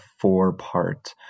four-part